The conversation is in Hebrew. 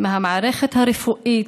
מהמערכת הרפואית,